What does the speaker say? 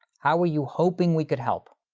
how are you hoping we could help?